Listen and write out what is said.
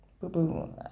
Boo-boo